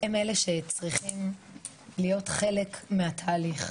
הם אלה שצריכים להיות חלק מהתהליך.